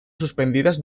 suspendidas